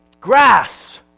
grass